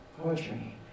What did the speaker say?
poetry